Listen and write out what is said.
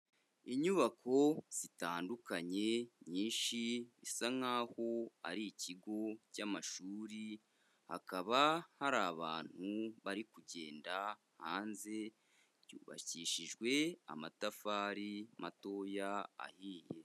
Inyubako zitandukanye nyinshi bisa nk'aho ari ikigo cy'amashuri, hakaba hari abantu bari kugenda hanze, cyubakishijwe amatafari matoya ahiye.